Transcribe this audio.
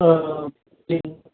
ओह दे